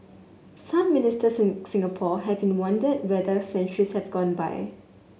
some Ministers in Singapore have been wondered whether centuries have gone by